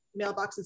mailboxes